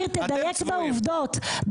אתם צבועים.